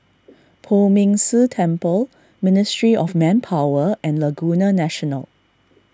Poh Ming Tse Temple Ministry of Manpower and Laguna National